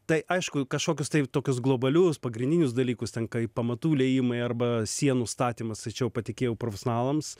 tai aišku kažkokius tai tokius globalius pagrindinius dalykus ten kai pamatų liejimai arba sienų statymas tai čia jau patikėjau profesionalams